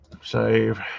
save